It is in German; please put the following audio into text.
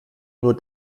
nur